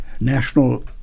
National